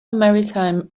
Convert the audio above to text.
maritime